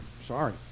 Sorry